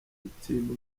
dutsinde